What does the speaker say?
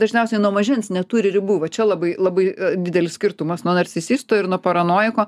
dažniausiai nuo mažens neturi ribų va čia labai labai didelis skirtumas nuo narcisisto ir nuo paranojiko